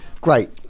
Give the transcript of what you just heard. great